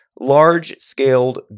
large-scaled